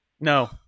No